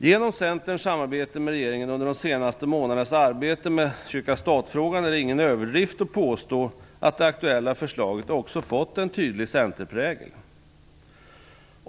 Genom Centerns samarbete med regeringen under de senaste månadernas arbete med kyrka-stat-frågan är det ingen överdrift att påstå att det aktuella förslaget också fått en tydlig centerprägel.